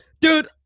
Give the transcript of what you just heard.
dude